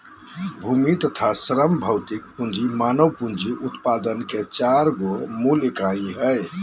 भूमि तथा श्रम भौतिक पूँजी मानव पूँजी उत्पादन के चार गो मूल इकाई हइ